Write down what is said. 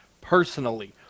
personally